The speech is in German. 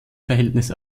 verhältnis